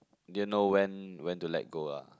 didn't know when when to let go ah